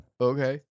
Okay